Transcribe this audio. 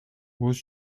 was